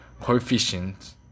coefficient